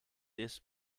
this